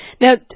Now